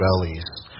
bellies